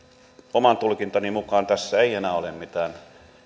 oman tulkintani mukaan tässä ei enää ole mitään